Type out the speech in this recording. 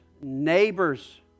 neighbors